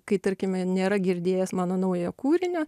kai tarkime nėra girdėjęs mano naujo kūrinio